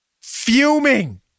fuming